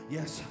Yes